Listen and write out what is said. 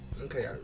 Okay